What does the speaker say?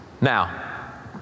Now